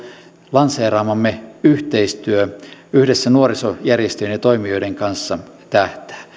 lanseeraamamme yhteistyö yhdessä nuorisojärjestöjen ja toimijoiden kanssa tähtää